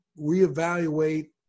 reevaluate